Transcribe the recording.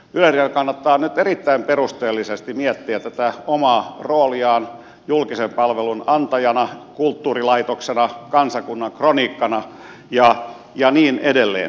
yleisradion kannattaa nyt erittäin perusteellisesti miettiä tätä omaa rooliaan julkisen palvelun antajana kulttuurilaitoksena kansakunnan kronikkana ja niin edelleen